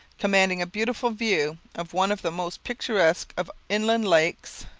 commanding a beautiful view of one of the most picturesque of inland lakes,